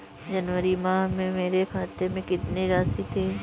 जनवरी माह में मेरे खाते में कितनी राशि थी?